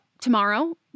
tomorrow